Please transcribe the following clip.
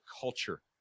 culture